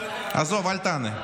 תשאל את, עזוב, אל תענה.